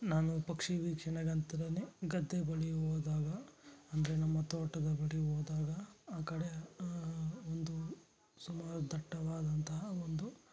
ನಾನು ಪಕ್ಷಿ ವೀಕ್ಷಣೆಗಂತ್ರ ಗದ್ದೆ ಬಳಿ ಹೋದಾಗ ಅಂದರೆ ನಮ್ಮ ತೋಟದ ಬಳಿ ಹೋದಾಗ ಆ ಕಡೆ ಒಂದು ಸಮೂಹ ದಟ್ಟವಾದಂತಹ ಒಂದು